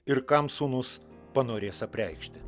ir kam sūnus panorės apreikšti